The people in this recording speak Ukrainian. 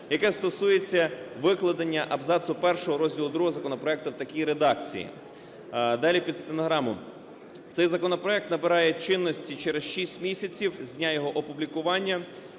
яке стосується викладення абзацу 1 розділу ІІ законопроекту в такій редакції. Далі під стенограму. Цей законопроект набирає чинності через 6 місяців із дня його опублікування,